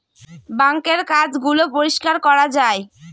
বাঙ্কের কাজ গুলো পরিষ্কার করা যায়